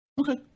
Okay